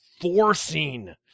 forcing